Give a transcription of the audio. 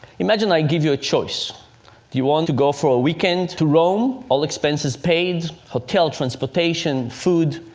imagine i give you a choice do you want to go for a weekend to rome, all expenses paid hotel, transportation, food,